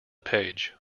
page